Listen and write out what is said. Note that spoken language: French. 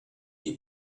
des